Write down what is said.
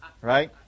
right